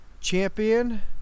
champion